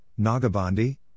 Nagabandi